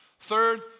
Third